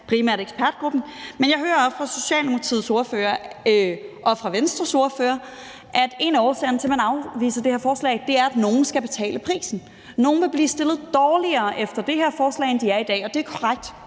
afventer ekspertgruppen – men jeg hører også fra Socialdemokratiets ordfører og fra Venstres ordfører, at en af årsagerne til, at man afviser det her forslag, er, at nogle skal betale prisen. Nogle vil blive stillet dårligere efter det her forslag, end de er i dag, og det er korrekt.